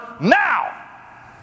now